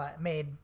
made